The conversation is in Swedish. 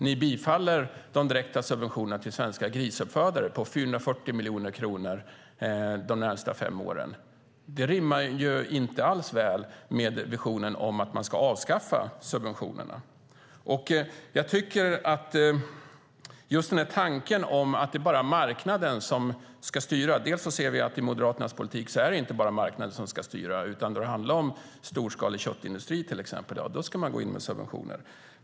Ni bifaller de direkta subventionerna till svenska grisuppfödare på 440 miljoner kronor de närmaste fem åren. Det rimmar inte alls väl med visionen om att man ska avskaffa subventionerna. Vi ser att i Moderaternas politik är det inte bara marknaden som ska styra, utan då det till exempel handlar om storskalig köttindustri ska man gå in med subventioner.